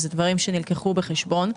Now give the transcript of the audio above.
אז אלה דברים שנלקחו בחשבון.